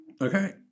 Okay